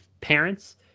parents